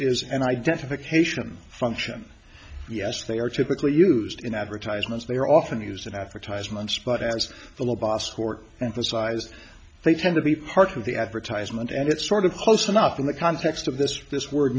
is an identification function yes they are typically used in advertisements they are often used an advertisement but as the low boss court and the size they tend to be part of the advertisement and it sort of close enough in the context of this this word